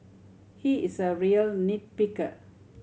he is a real nit picker